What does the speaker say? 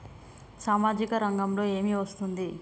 సామాజిక రంగంలో ఏమి వస్తుంది?